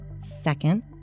Second